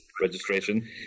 Registration